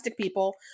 people